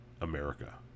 America